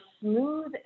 smooth